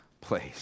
place